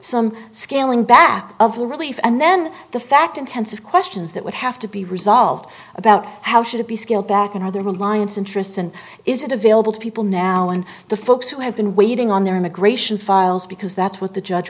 some scaling back of the relief and then the fact intensive questions that would have to be resolved about how should it be scaled back into their reliance interests and is it available to people now and the folks who have been waiting on their immigration files because that's what the judge